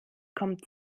kommt